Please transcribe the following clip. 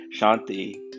Shanti